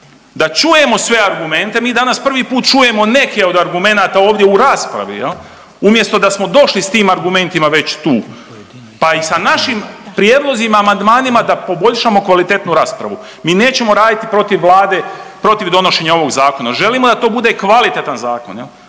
da čujemo sve argumente, mi danas prvi put čujemo neke od argumenata ovdje u raspravi jel umjesto da smo došli s tim argumentima već tu, pa i sa našim prijedlozima i amandmanima da poboljšamo kvalitetnu raspravu, mi nećemo raditi protiv Vlade i protiv donošenja ovog zakona, želimo da to bude kvalitetan zakon,